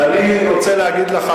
ואני רוצה להגיד לך,